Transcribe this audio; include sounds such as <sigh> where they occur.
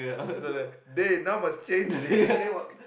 so the dey now must change dey <laughs>